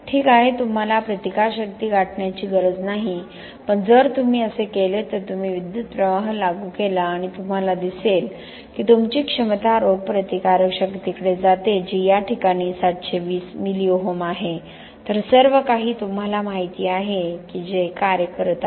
ठीक आहे तुम्हाला प्रतिकारशक्ती गाठण्याची गरज नाही पण जर तुम्ही असे केले तर जर तुम्ही विद्युतप्रवाह लागू केला आणि तुम्हाला दिसले की तुमची क्षमता रोगप्रतिकारक शक्तीकडे जाते जी या प्रकरणात 720 मिली ओहम आहे तर सर्वकाही तुम्हाला माहिती आहे की ते कार्य करत आहे